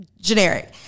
generic